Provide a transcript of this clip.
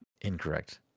Incorrect